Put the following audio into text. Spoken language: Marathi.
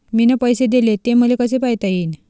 मिन पैसे देले, ते मले कसे पायता येईन?